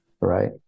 right